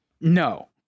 No